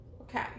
Okay